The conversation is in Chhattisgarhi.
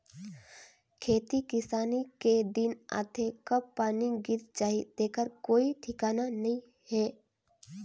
खेती किसानी के दिन आथे कब पानी गिर जाही तेखर कोई ठिकाना नइ हे